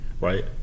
Right